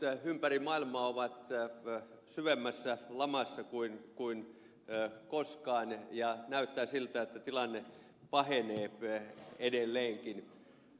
kansantaloudet ympäri maailmaa ovat syvemmässä lamassa kuin koskaan ja näyttää siltä että tilanne pahenee edelleenkin